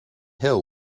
hill